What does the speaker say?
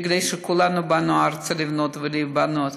בגלל שכולנו באנו ארצה לבנות ולהיבנות.